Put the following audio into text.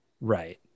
right